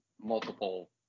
multiple